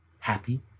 Happy